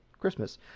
Christmas